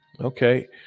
okay